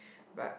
but